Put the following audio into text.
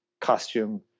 costume